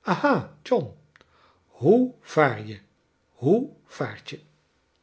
aha john hoe vaar je hoe vaart